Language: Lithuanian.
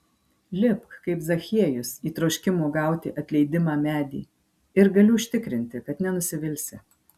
lipk kaip zachiejus į troškimo gauti atleidimą medį ir galiu užtikrinti kad nenusivilsi